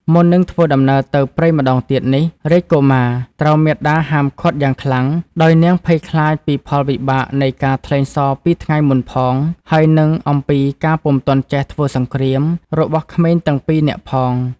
មុននឹងធ្វើដំណើរទៅព្រៃម្តងទៀតនេះ រាជកុមារត្រូវមាតាហាមឃាត់យ៉ាងខ្លាំង ដោយនាងភ័យខ្លាចពីផលវិបាកនៃការថ្លែងសរពីថ្ងៃមុនផង ហើយនិងអំពីការពុំទាន់ចេះធ្វើសង្គ្រាម របស់ក្មេងទាំងពីរនាក់ផង។